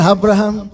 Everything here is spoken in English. Abraham